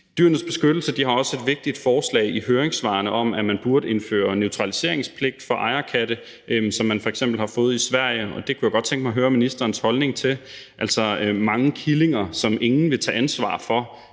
Dyrenes Beskyttelse har også et vigtigt forslag i høringssvaret om, at man burde indføre neutraliseringspligt for ejerkatte, som man f.eks. har fået det i Sverige. Og det kunne jeg godt tænke mig at høre ministerens holdning til. Altså, mange killinger, som ingen vil tage ansvar for,